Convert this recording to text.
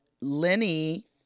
Lenny